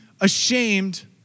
ashamed